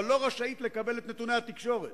אבל לא רשאית לקבל את נתוני התקשורת.